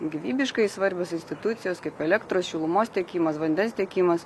gyvybiškai svarbios institucijos kaip elektros šilumos tiekimas vandens tiekimas